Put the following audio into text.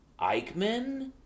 Eichmann